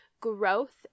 growth